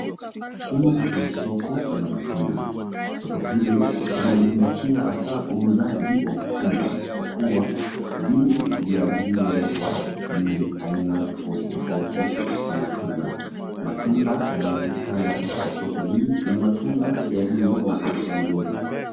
Hii ni soko la matunda. Soko hili limezingatia hasa uuzaji wa matunda kwa kuwa vingi vya vilivyowekwa ni aina tofauti tofauti ya matunda. Matunda yanayopatikana katika soko hii ni matunda yaliyo na afya nzuri.